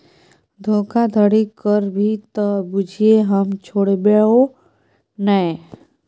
धोखाधड़ी करभी त बुझिये हम छोड़बौ नै